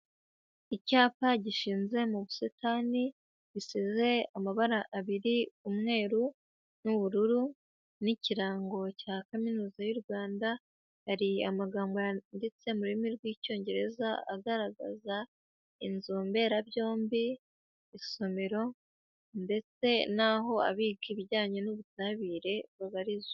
Icyapa gishinze mu busitani, gisize amabara abiri, umweru, n'ubururu, n'ikirango cya kaminuza y'u Rwanda. Hari amagambo yanditse mu rurimi rw'Icyongereza agaragaza, inzu mberabyombi, isomero, ndetse naho abiga ibijyanye n'ubutabire, babarizwa.